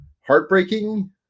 heartbreaking